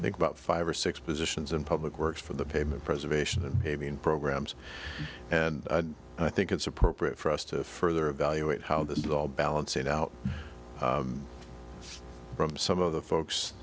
think about five or six positions in public works for the payment preservation and maybe in programs and i think it's appropriate for us to further evaluate how this is all balancing out from some of the folks